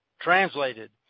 translated